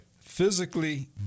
Physically